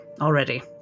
already